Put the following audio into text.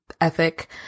ethic